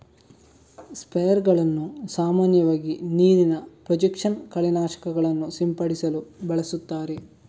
ಸ್ಪ್ರೇಯರುಗಳನ್ನು ಸಾಮಾನ್ಯವಾಗಿ ನೀರಿನ ಪ್ರೊಜೆಕ್ಷನ್ ಕಳೆ ನಾಶಕಗಳನ್ನು ಸಿಂಪಡಿಸಲು ಬಳಸುತ್ತಾರೆ